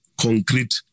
concrete